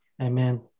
Amen